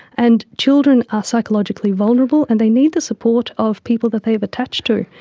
and children are psychologically vulnerable and they need the support of people that they have attached to.